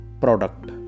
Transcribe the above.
product